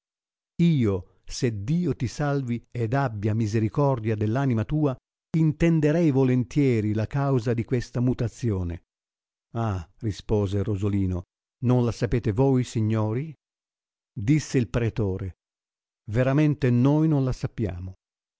io se dio ti salvi ed abbia misericordia dell'anima tua intenderei volentieri la causa di questa mutazione ah rispose rosolino non la sapete voi signori disse il pretore veramente noi non la sappiamo